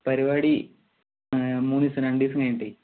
പരിപാടി മൂന്ന് ദിവസം രണ്ടു ദിവസം കഴിഞ്ഞിട്ടെ